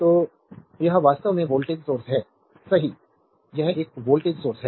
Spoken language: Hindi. तो यह वास्तव में वोल्टेज सोर्स है सही यह एक वोल्टेज सोर्स है